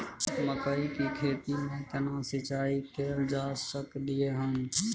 मकई की खेती में केना सिंचाई कैल जा सकलय हन?